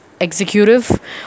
executive